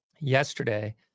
yesterday